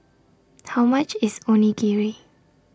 How much IS Onigiri